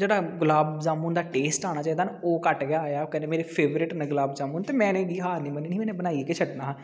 जेह्ड़ा गुलाब जामुन दा टेस्ट आना चाही दा ना ओह् घट्ट गै आया कन्नै मेरे फेबरट न गुलाब जामुन ते में हार नी मननी ही में उनें बनाईयै गै छड्डना हा